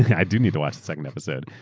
i do need to watch the second episode,